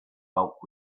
bulk